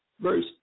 verse